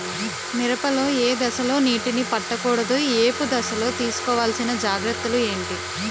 మిరప లో ఏ దశలో నీటినీ పట్టకూడదు? ఏపు దశలో తీసుకోవాల్సిన జాగ్రత్తలు ఏంటి?